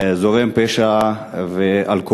זורם פשע ואלכוהול.